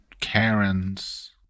Karen's